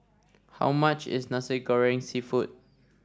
how much is Nasi Goreng seafood